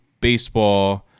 baseball